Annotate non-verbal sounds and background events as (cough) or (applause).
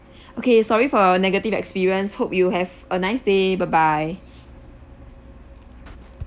(breath) okay sorry for your negative experience hope you have a nice day bye bye